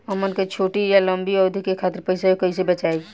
हमन के छोटी या लंबी अवधि के खातिर पैसा कैसे बचाइब?